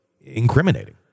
incriminating